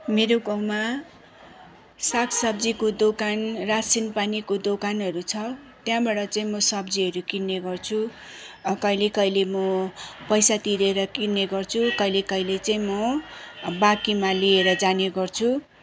मेरो गाउँमा सागसब्जीको दोकान रासिन पानीको दोकानहरू छ त्यहाँबाट चाहिँ म सब्जीहरू किन्ने गर्छु कहिले कहिले म पैसा तिरेर किन्ने गर्छु कहिले कहिले चाहिँ म बाँकीमा लिएर जाने गर्छु